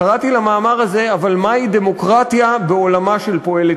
קראתי למאמר הזה "אבל מהי דמוקרטיה בעולמה של פועלת